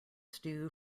stew